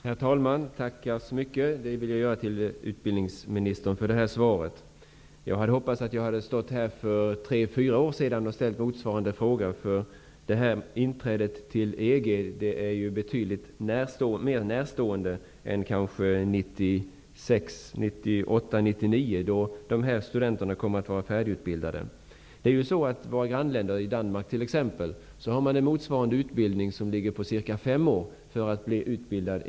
Herr talman! Jag tackar utbildningsministern så mycket för svaret. Jag skulle egentligen ha önskat att jag stått här redan för tre till fyra år sedan och ställt motsvarande fråga. Inträdet i EG är ju betydligt närmare förestående än 1998--1999, då dessa studenter kommer att vara färdigutbildade. I våra grannländer, t.ex. i Danmark, har man en utbildningstid om cirka fem år för EG-tolkar.